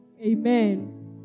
Amen